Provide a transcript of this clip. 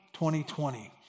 2020